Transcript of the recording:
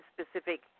specific